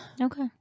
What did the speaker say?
Okay